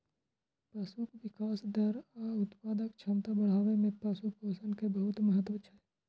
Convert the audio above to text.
पशुक विकास दर आ उत्पादक क्षमता बढ़ाबै मे पशु पोषण के बहुत महत्व छै